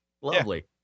Lovely